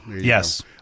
yes